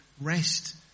rest